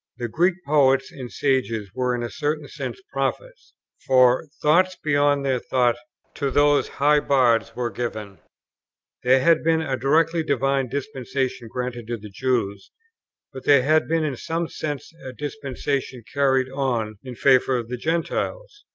the greek poets and sages were in a certain sense prophets for thoughts beyond their thought to those high bards were given. there had been a directly divine dispensation granted to the jews but there had been in some sense a dispensation carried on in favour of the gentiles.